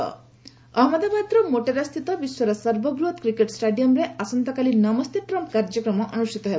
Trump Ahmedabad ଅହନ୍ମଦାବାଦର ମୋଟେରାସ୍ଥିତ ବିଶ୍ୱର ସର୍ବବୃହତ କ୍ରିକେଟ୍ ଷ୍ଟାଡିୟମ୍ରେ ଆସନ୍ତାକାଲି ନମସ୍ତେ ଟ୍ରମ୍ପ କାର୍ଯ୍ୟକ୍ରମ ଅନୁଷ୍ଠିତ ହେବ